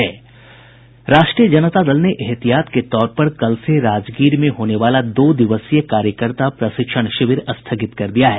राष्ट्रीय जनता दल ने एहतियात के तौर पर कल से राजगीर में होने वाला दो दिवसीय कार्यकर्ता प्रशिक्षण शिविर स्थगित कर दिया है